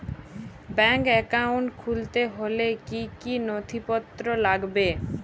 Bank account খুলতে হলে কি কি নথিপত্র লাগবে?